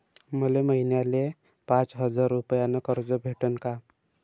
मले महिन्याले पाच हजार रुपयानं कर्ज भेटन का?